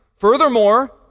Furthermore